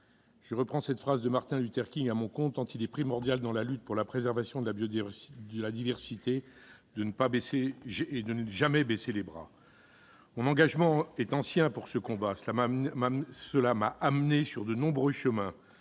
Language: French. Je reprends cette phrase de Martin Luther King à mon compte, tant il est primordial dans la lutte pour la préservation de la biodiversité de ne jamais baisser les bras. Mon engagement est ancien dans ce combat. Il m'a mené sur de nombreux chemins,